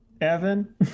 Evan